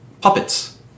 puppets